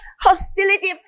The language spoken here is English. hostility